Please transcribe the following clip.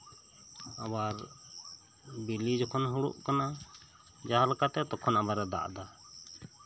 ᱟᱵᱟᱨ ᱵᱮᱹᱞᱮᱹ ᱡᱚᱠᱷᱚᱱ ᱦᱳᱲᱳᱜ ᱠᱟᱱᱟ ᱡᱟᱦᱟᱸ ᱞᱮᱠᱟᱛᱮ ᱛᱚᱠᱷᱚᱱ ᱟᱵᱟᱨ ᱫᱟᱜ ᱮᱫᱟ